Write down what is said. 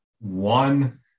one